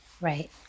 Right